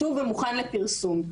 כתוב ומוכן לפרסום.